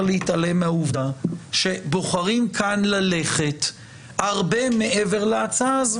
להתעלם מהעובדה שבוחרים כאן ללכת הרבה מעבר להצעה הזאת.